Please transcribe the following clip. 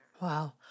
Wow